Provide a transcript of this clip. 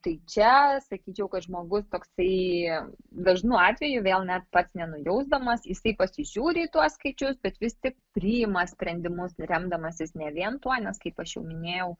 tai čia sakyčiau kad žmogus toksai dažnu atveju vėl net pats nenujausdamas jisai pasižiūri į tuos skaičius bet vis tik priima sprendimus remdamasis ne vien tuo nes kaip aš jau minėjau